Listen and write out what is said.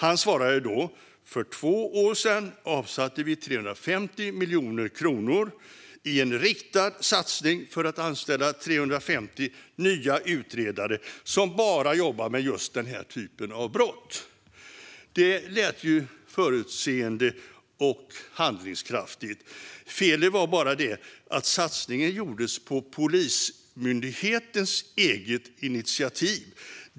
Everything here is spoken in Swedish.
Han svarade då: "För två år sen avsatte vi 350 miljoner kronor i en riktad satsning för att anställa 350 nya utredare som bara jobbar med just den här typen av brott." Det lät ju förutseende och handlingskraftigt. Felet var bara det att satsningen gjordes på Polismyndighetens eget initiativ.